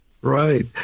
Right